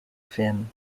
fin